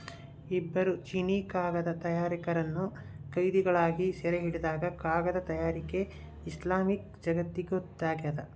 ಇಬ್ಬರು ಚೀನೀಕಾಗದ ತಯಾರಕರನ್ನು ಕೈದಿಗಳಾಗಿ ಸೆರೆಹಿಡಿದಾಗ ಕಾಗದ ತಯಾರಿಕೆ ಇಸ್ಲಾಮಿಕ್ ಜಗತ್ತಿಗೊತ್ತಾಗ್ಯದ